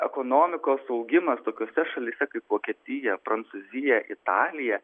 ekonomikos augimas tokiose šalyse kaip vokietija prancūzija italija